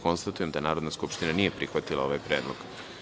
Konstatujem da Narodna skupština nije prihvatila ovaj Predlog.